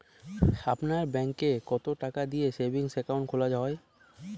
আপনার ব্যাংকে কতো টাকা দিয়ে সেভিংস অ্যাকাউন্ট খোলা হয়?